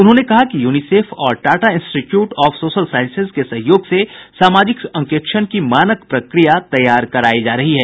उन्होंने कहा कि यूनीसेफ और Tata institute of social sciences के सहयोग से सामाजिक अंकेक्षण की मानक प्रक्रिया तैयार कराई जा रही है